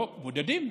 בודדים,